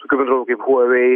tokių bendrovių kaip huavei